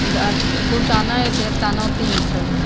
दूटा नाति एकटा नातिन छै